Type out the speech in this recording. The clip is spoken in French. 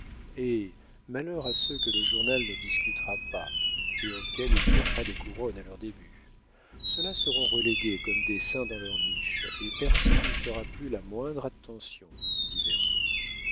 eh malheur à ceux que le journal ne discutera pas et auxquels il jettera des couronnes à leur début ceux-là seront relégués comme des saints dans leur niche et personne n'y fera plus la moindre attention